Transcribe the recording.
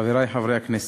חברי חברי הכנסת,